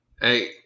Hey